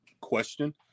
question